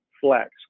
Flex